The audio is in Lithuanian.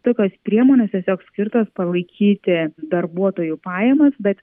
tokios priemonės tiesiog skirtos palaikyti darbuotojų pajamas bet